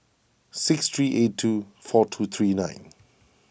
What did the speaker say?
six three eight two four two three nine